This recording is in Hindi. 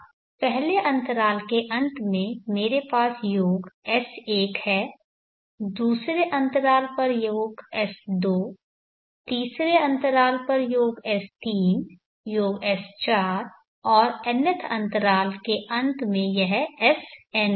अब पहले अंतराल के अंत में मेरे पास योग S1 है दूसरे अंतराल पर योग S2 तीसरे अंतराल पर योग S3 योग S4 और nth अंतराल के अंत में यह Sn है